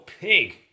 pig